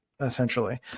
essentially